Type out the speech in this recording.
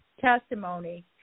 testimony